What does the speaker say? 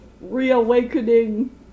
reawakening